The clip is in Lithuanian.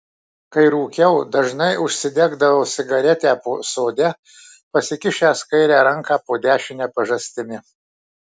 kai rūkiau dažnai užsidegdavau cigaretę sode pasikišęs kairę ranką po dešine pažastimi